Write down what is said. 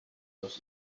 dos